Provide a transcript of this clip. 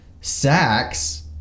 sacks